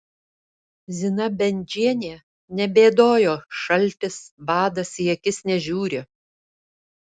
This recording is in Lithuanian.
zina bendžienė nebėdojo šaltis badas į akis nežiūri